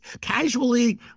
casually